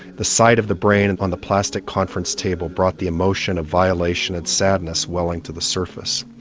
the sight of the brain and on the plastic conference table brought the emotion of violation and sadness welling to the surface.